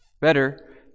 better